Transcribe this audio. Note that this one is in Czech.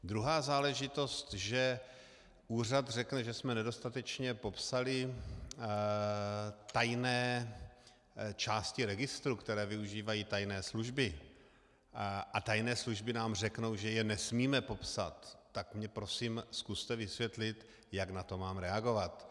Druhá záležitost, že úřad řekne, že jsme nedostatečně popsali tajné části registru, které využívají tajné služby, a tajné služby nám řeknou, že je nesmíme popsat, tak mi prosím zkuste vysvětlit, jak na to mám reagovat.